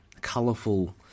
colourful